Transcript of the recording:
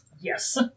yes